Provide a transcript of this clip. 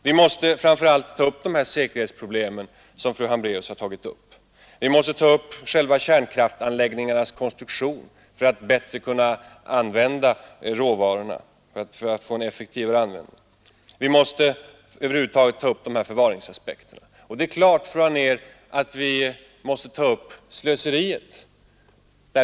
Vi måste framför allt ta upp säkerhetsproblemen som fru Hambraeus har nämnt. Vi måste diskutera kärnkraftanläggningarnas konstruktion för att kunna använda råvarorna mera effektivt. Vi måste ta upp förvaringsaspekterna. Och det är klart, fru Anér, att vi måste ta upp slöseriet.